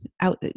out